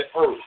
earth